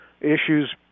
issues